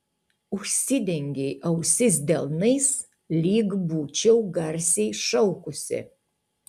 užsidengei ausis delnais lyg būčiau garsiai šaukusi